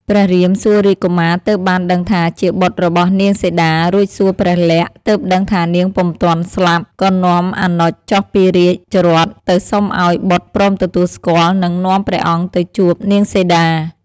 ព្រះរាមសួររាជកុមារទើបបានដឹងថា ជាបុត្ររបស់នាងសីតារួចសួរព្រះលក្សណ៍ ទើបដឹងថានាងពុំទាន់ស្លាប់ ក៏នាំអនុជចុះពីរាជរថទៅសុំឱ្យបុត្រព្រមទទួលស្គាល់និងនាំព្រះអង្គទៅជួប នាងសីតា។